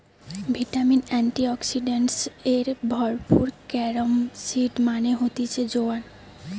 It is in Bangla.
ভিটামিন, এন্টিঅক্সিডেন্টস এ ভরপুর ক্যারম সিড মানে হতিছে জোয়ান